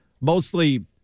mostly